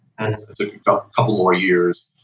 it took a couple more years